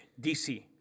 DC